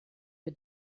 für